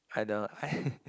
I know I